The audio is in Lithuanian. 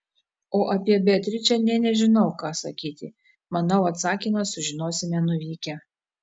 o apie beatričę nė nežinau ką sakyti manau atsakymą sužinosime nuvykę